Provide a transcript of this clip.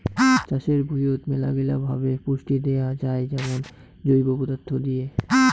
চাষের ভুঁইয়ত মেলাগিলা ভাবে পুষ্টি দেয়া যাই যেমন জৈব পদার্থ দিয়ে